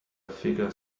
figure